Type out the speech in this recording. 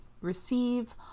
receive